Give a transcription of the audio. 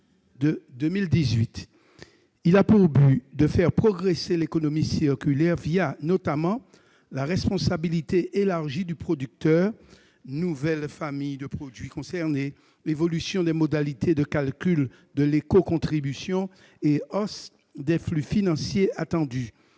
a pour but de faire progresser l'économie circulaire,, notamment, la responsabilité élargie du producteur- nouvelles familles de produits concernés, évolution des modalités de calcul de l'éco-contribution et hausse des flux financiers attendus.